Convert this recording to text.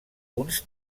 uns